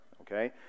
okay